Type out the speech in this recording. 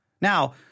Now